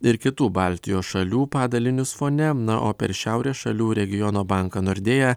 ir kitų baltijos šalių padalinius fone na o per šiaurės šalių regiono banką nordėja